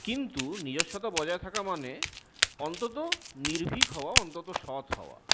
কিন্তু নিজস্বতা বজায় থাকা মানে অন্তত নির্ভীক হওয়া অন্তত সৎ হওয়া